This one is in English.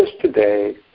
today